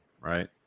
Right